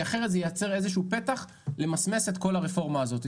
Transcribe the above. כי אחרת זה ייצר איזשהו פתח למסמס את כל הרפורמה הזאת,